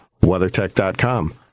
WeatherTech.com